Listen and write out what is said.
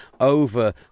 over